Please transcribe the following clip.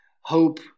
hope